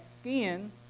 skin